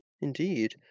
Indeed